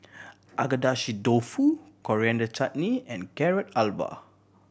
Agedashi Dofu Coriander Chutney and Carrot Halwa